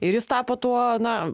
ir jis tapo tuo na